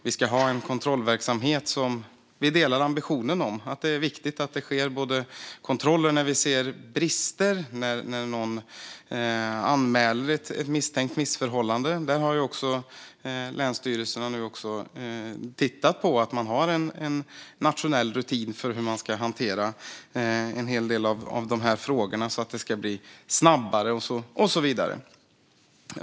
Vi ska ha en kontrollverksamhet, och vi delar ambitionen att det är viktigt att det sker kontroller när man ser brister och någon anmäler ett misstänkt missförhållande. Länsstyrelserna har också tittat på att det finns en nationell rutin för hur en hel del av dessa frågor ska hanteras så att det ska gå snabbare och så vidare.